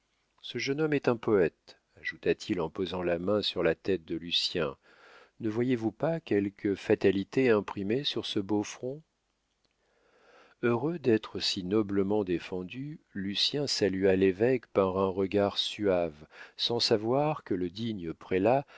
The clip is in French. ce jeune homme est un poète ajouta-t-il en posant la main sur la tête de lucien ne voyez-vous pas quelque fatalité imprimée sur ce beau front heureux d'être si noblement défendu lucien salua l'évêque par un regard suave sans savoir que le digne prélat